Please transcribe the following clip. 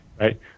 Right